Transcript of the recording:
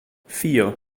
vier